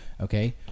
okay